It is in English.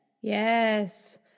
yes